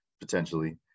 potentially